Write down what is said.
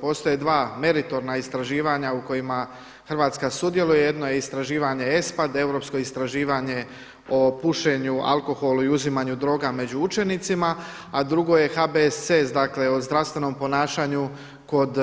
Postoje dva meritorna istraživanja u kojima Hrvatska sudjeluje, jedno je istraživanje ESPA, europsko istraživanje o pušenju, alkoholu i uzimanju droga među učenicima a drugo je HBSC dakle o zdravstvenom ponašanju kod